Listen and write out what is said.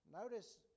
Notice